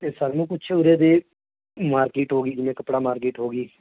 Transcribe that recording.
ਅਤੇ ਸਾਨੂੰ ਕੁਛ ਉਰੇ ਦੇ ਮਾਰਕੀਟ ਹੋ ਗਈ ਜਿਵੇਂ ਕੱਪੜਾ ਮਾਰਕੀਟ ਹੋ ਗਈ